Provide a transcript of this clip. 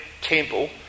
temple